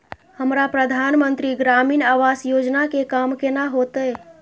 हमरा प्रधानमंत्री ग्रामीण आवास योजना के काम केना होतय?